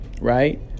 Right